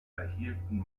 erhielten